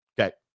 Okay